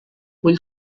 vull